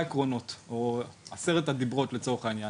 עקרונות או "עשרת הדיברות" לצורך העניין.